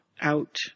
out